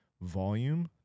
volume